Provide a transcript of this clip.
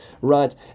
Right